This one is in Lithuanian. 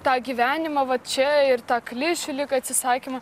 tą gyvenimą va čia ir tą klišių lyg atsisakymą